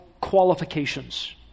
qualifications